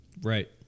Right